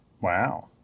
Wow